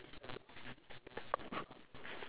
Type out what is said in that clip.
something rotten